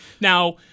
Now